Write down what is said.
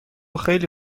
خیلی